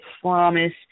promise